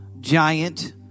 giant